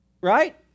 Right